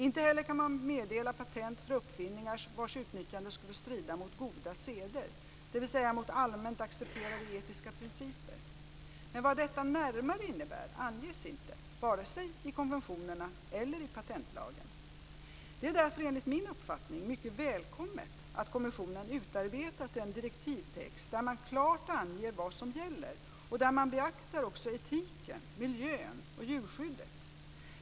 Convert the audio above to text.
Inte heller kan man meddela patent för uppfinningar vilkas utnyttjande skulle strida mot goda seder, dvs. mot allmänt accepterade etiska principer. Men vad detta närmare innebär anges inte, vare sig i konventionerna eller i patentlagen. Det är därför enligt min uppfattning mycket välkommet att kommissionen utarbetat en direktivtext där man klart anger vad som gäller och där man beaktar också etiken, miljön och djurskyddet.